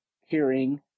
hearing